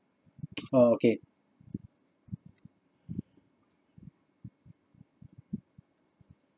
oh okay